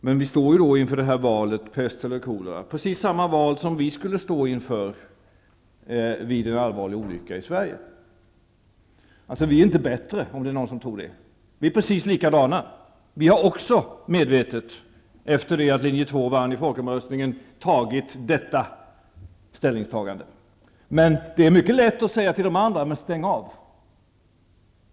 Men vi står inför valet pest eller kolera, precis samma val som vi skulle stå inför vid en allvarlig olycka i Sverige. Vi är inte bättre, om det är någon som trodde det. Vi är precis likadana. Vi har också medvetet efter det att linje 2 vann i folkomröstningen gjort detta ställningstagande. Men det är mycket lätt att säga till de andra: Stäng av.